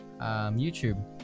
youtube